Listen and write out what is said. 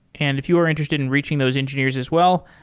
and if you are interested in reaching those engineers as well,